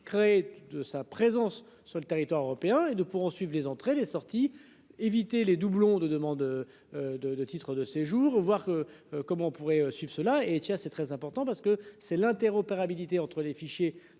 créer de sa présence sur le territoire européen et de pourront suivent les entrées et les sorties, éviter les doublons de demande. De titre de séjour ou voir. Comment on pourrait s'il se là et tiens c'est très important parce que c'est l'interopérabilité entre les fichiers